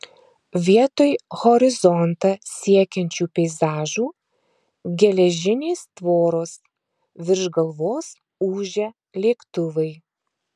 vietoj horizontą siekiančių peizažų geležinės tvoros virš galvos ūžia lėktuvai